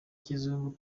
kizungu